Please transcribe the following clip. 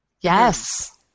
Yes